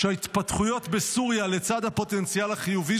שההתפתחויות בסוריה לצד הפוטנציאל החיובי